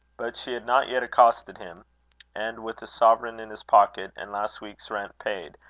but she had not yet accosted him and with a sovereign in his pocket, and last week's rent paid,